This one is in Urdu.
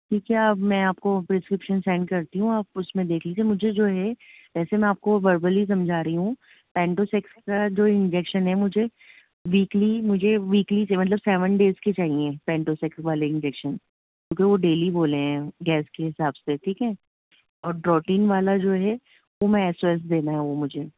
ٹھیک ہے اب میں آپ کو پرسکرپشن سینڈ کرتی ہوں آپ اس میں دیکھ لیجیے مجھے جو ہے ویسے میں آپ کو وربلی سمجھا رہی ہوں پینٹوسیکس کا جو انجیکشن ہے مجھے ویکلی مجھے ویکلی مطلب سیون ڈیز کے چاہئیں پینٹو سیکس والے انجیکشن کیونکہ وہ ڈیلی بولے ہیں گیس کے حساب سے ٹھیک ہے اور ڈروٹین والا جو ہے وہ میں ایس او ایس دینا ہے وہ مجھے